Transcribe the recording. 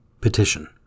Petition